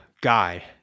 guy